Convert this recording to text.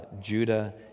Judah